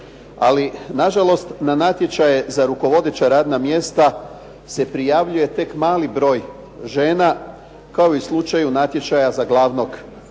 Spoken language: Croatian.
Ali nažalost na natječaje za rukovodeća radna mjesta se prijavljuje tek mali broj žena kao i u slučaju natječaja za glavnog ravnatelja